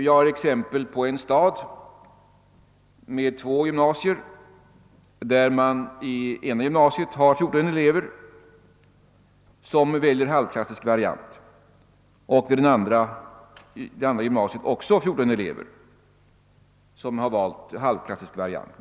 Jag kan ge exempel på en stad med två gymnasier där man i vartdera gymnasiet har 14 elever som valt halvklassisk variant.